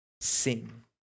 Sing